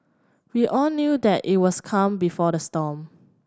we all knew that it was calm before the storm